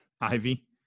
Ivy